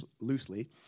loosely